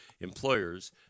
employers